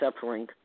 suffering